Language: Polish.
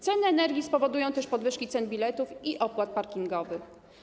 Ceny energii spowodują też podwyżki cen biletów i opłat parkingowych.